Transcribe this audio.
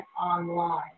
online